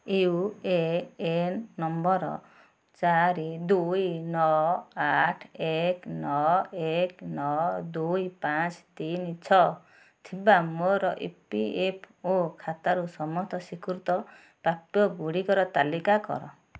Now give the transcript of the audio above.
you A N number ଚାରି ଦୁଇ ନ ଆଠ ଏକ ନଅ ଏକ ନଅ ଦୁଇ ପାଞ୍ଚ ତିନି ଛଅ ଥିବା ମୋର ଇ ପି ଏଫ୍ ଓ ଖାତାରୁ ସମସ୍ତ ସ୍ଵୀକୃତ ପ୍ରାପ୍ୟ ଗୁଡ଼ିକର ତାଲିକା କର